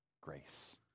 grace